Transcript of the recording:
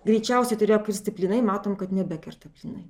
greičiausiai turėjo kirsti plynai matom kad nebekerta plynai